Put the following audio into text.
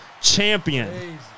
Champion